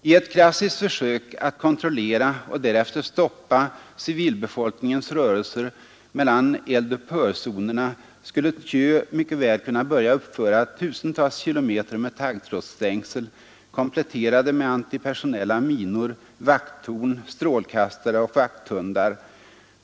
I ett klassiskt försök att kontrollera och därefter stoppa civilbefolkningens rörelser mellan eld-upphör-zonerna skulle Thieu mycket väl kunna börja uppföra tusentals kilometer med taggtrådsstängsel, kompletterade med antipersonella minor, vakttorn, strålkastare och vakthundar.